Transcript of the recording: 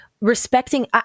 respecting